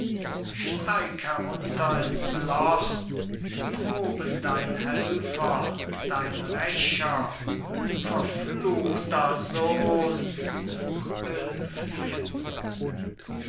steig ab ins loch droben dein helfer dein rächer verfluchter sohn will fliehen